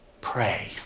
pray